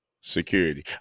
security